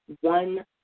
one